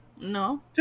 No